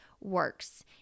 works